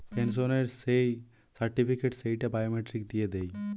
পেনসনের যেই সার্টিফিকেট, সেইটা বায়োমেট্রিক দিয়ে দেয়